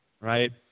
Right